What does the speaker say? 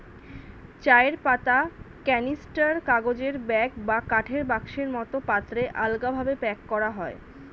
চায়ের পাতা ক্যানিস্টার, কাগজের ব্যাগ বা কাঠের বাক্সের মতো পাত্রে আলগাভাবে প্যাক করা হয়